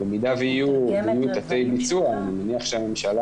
במידה ויהיו תתי ביצוע אני מניח שהממשלה